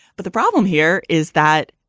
but the problem here is that,